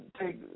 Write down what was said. take